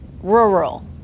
Rural